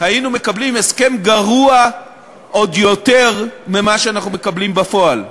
היינו מקבלים הסכם גרוע עוד יותר מזה שאנחנו מקבלים בפועל.